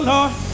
Lord